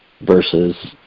versus